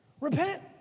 Repent